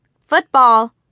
Football